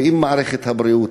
ואם מערכת הבריאות